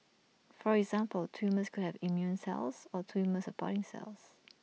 for example tumours can have immune cells or tumour supporting cells